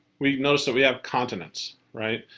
we notice that we have continents. right.